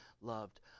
loved